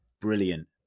brilliant